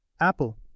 Apple